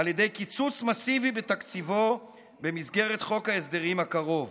על ידי קיצוץ מסיבי בתקציבו במסגרת חוק ההסדרים הקרוב.